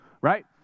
right